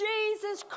Jesus